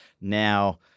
Now